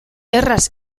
erraz